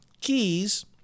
keys